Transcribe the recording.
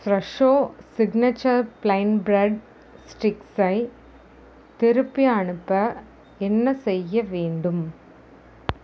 Fresho signature plain bread ஸ்டிக்ஸை திருப்பி அனுப்ப என்ன செய்ய வேண்டும்